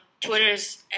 Twitters